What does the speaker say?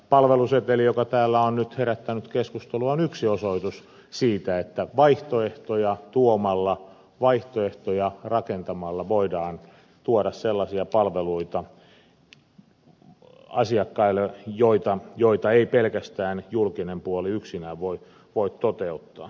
palveluseteli joka täällä on nyt herättänyt keskustelua on yksi osoitus siitä että vaihtoehtoja tuomalla vaihtoehtoja rakentamalla voidaan tuoda asiakkaille sellaisia palveluita joita ei pelkästään julkinen puoli yksinään voi toteuttaa